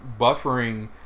buffering